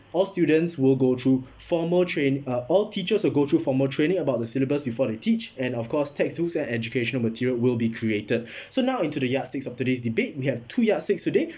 all students will go through formal train~ uh all teachers will go through formal training about the syllabus before they teach and of course textbooks and educational material will be created so now into the yardsticks of today's debate we have two yardsticks today